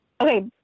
Okay